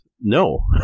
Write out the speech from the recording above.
no